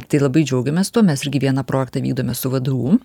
tai labai džiaugiamės tuo mes irgi vieną projektą vykdome su vdu